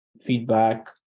Feedback